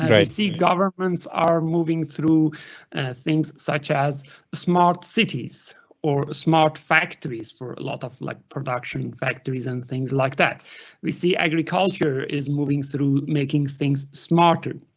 right? see, governments are moving through things such as smart cities or smart factories for a lot of like production factories and things like that we see agriculture is moving through making things smarter.